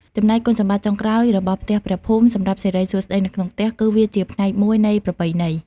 ចំណែកគុណសម្បត្តិចុងក្រោយរបស់ផ្ទះព្រះភូមិសម្រាប់សិរីសួស្តីនៅក្នុងផ្ទះ គឺវាជាផ្នែកមួយនៃប្រពៃណី។